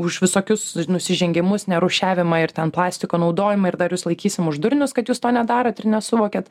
už visokius nusižengimus nerūšiavimą ir ten plastiko naudojimą ir dar jus laikysim už durnius kad jūs to nedarot ir nesuvokiat